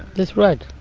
that's right.